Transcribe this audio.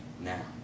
now